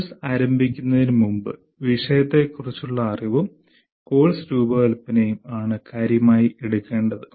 course ആരംഭിക്കുന്നതിന് മുമ്പ് വിഷയത്തെക്കുറിച്ചുള്ള അറിവും കോഴ്സ് രൂപകൽപ്പനയും ആണ് കാര്യമായി എടുക്കേണ്ടത്